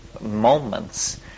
moments